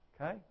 okay